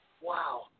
Wow